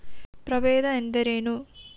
ಪ್ರಭೇದ ಎಂದರೇನು?